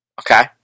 Okay